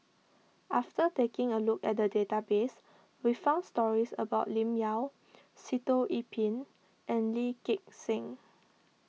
after taking a look at the database we found stories about Lim Yau Sitoh Yih Pin and Lee Gek Seng